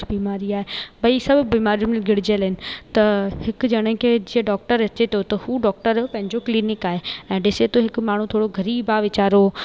कुझु बीमारी आहे भई सभु बीमारियूं में गिड़जियल आहिनि त हिकु ॼणे खे जीअं डॉक्टर अचे थो त उहो डॉक्टर पंहिंजो क्लिनिक आहे ऐं ॾिसे तो हिकु माण्हू थोरो ग़रीबु आहे वीचारो